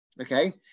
Okay